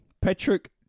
Patrick